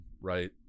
right